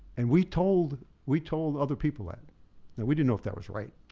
and we told we told other people and that. we didn't know if that was right.